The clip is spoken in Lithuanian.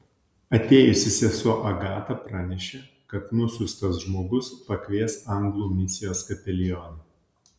atėjusi sesuo agata pranešė kad nusiųstas žmogus pakvies anglų misijos kapelioną